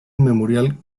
memorial